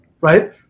right